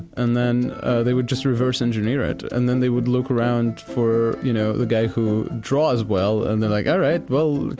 and then they would just reverse engineer it, and then they would look around for, you know, the guy who draws well, and then like, all right, well,